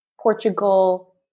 Portugal